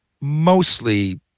mostly